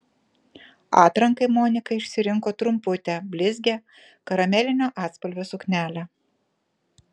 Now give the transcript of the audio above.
atrankai monika išsirinko trumputę blizgią karamelinio atspalvio suknelę